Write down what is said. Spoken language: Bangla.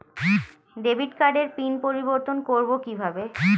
ডেবিট কার্ডের পিন পরিবর্তন করবো কীভাবে?